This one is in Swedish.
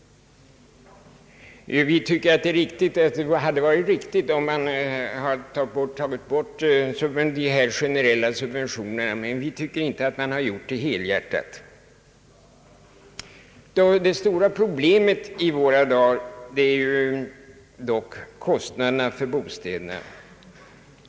Vi anser att det är riktigt att man har tagit bort de generella subventionerna, men vi tycker inte att man har gjort det helhjärtat. Det stora problemet i våra dagar är ju dock kostnaderna för bostäderna.